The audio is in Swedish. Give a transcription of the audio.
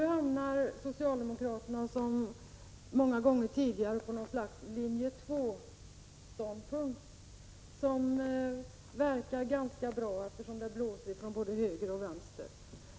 Nu hamnar socialdemokraterna som många gånger tidigare på något slags linje 2-ståndpunkt, som verkar ganska bra eftersom det blåser ifrån både höger och vänster.